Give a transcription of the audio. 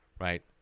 Right